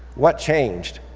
what changed?